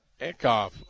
Eckhoff